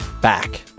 back